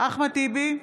אחמד טיבי,